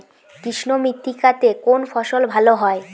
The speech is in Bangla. কৃষ্ণ মৃত্তিকা তে কোন ফসল ভালো হয়?